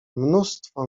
mnóstwo